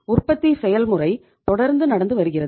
உற்பத்தி செயல்முறை தொடர்ந்து நடந்து வருகிறது